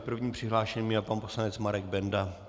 Prvním přihlášeným je pan poslanec Marek Benda.